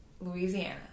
Louisiana